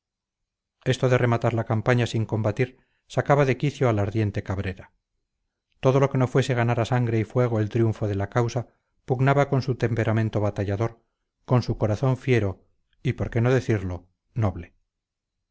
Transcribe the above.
esto de rematar la campaña sin combatir sacaba de quicio al ardiente cabrera todo lo que no fuese ganar a sangre y fuego el triunfo de la causa pugnaba con su temperamento batallador con su corazón fiero y por qué no decirlo noble